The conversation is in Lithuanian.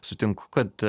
sutinku kad